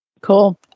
Cool